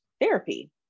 therapy